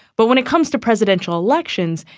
but when it comes to presidential elections,